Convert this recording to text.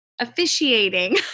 officiating